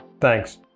Thanks